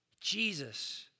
Jesus